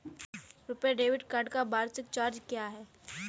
RuPay debit card का वार्षिक charge क्या है?